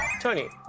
Tony